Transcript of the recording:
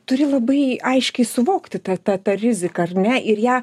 turi labai aiškiai suvokti tą tą tą riziką ar ne ir ją